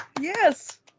Yes